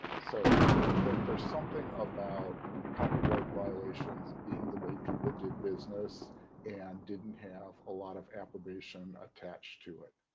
so there's there's something about copyright violations being the way people did business and didn't have a lot of approbation attached to it,